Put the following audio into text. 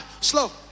slow